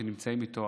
שנמצאים איתו,